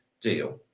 deal